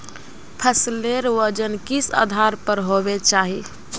फसलेर वजन किस आधार पर होबे चही?